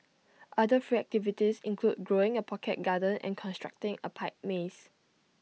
other free activities include growing A pocket garden and constructing A pipe maze